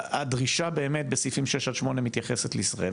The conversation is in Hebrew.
הדרישה באמת בסעיפים 6-8 מתייחסת לישראל,